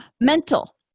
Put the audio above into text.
Mental